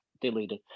deleted